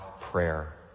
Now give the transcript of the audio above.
prayer